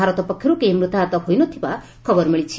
ଭାରତ ପକ୍ଷରୁ କେହି ମୃତାହତ ହୋଇ ନ ଥିବା ଖବର ମିଳିଛି